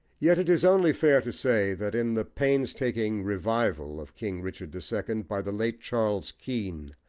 yet it is only fair to say that in the painstaking revival of king richard the second, by the late charles kean,